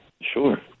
Sure